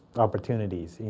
opportunities.